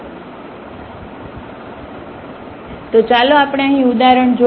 તો ચાલો આપણે અહીં ઉદાહરણ જોઈએ